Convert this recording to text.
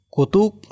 Kutuk